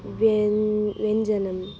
व्यन् व्यञ्जनम्